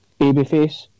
babyface